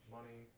Money